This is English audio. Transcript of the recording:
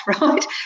right